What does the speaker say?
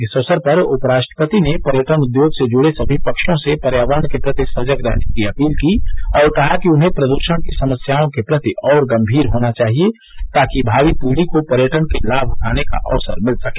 इस अवसर पर उपराष्ट्रपति ने पर्यटन उद्योग से जुड़े सभी पक्षों से पर्यावरण के प्रति सजग रहने की अपील की और कहा कि उन्हें प्रदूषण की समस्याओं के प्रति और गंभीर होना चाहिए ताकि भावी पीढ़ी को पर्यटन के लाभ उठाने का अवसर मिल सके